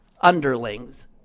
underlings